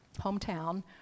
hometown